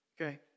Okay